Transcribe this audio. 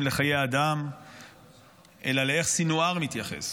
לחיי אדם אלא לאיך שסנוואר מתייחס,